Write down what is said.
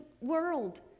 world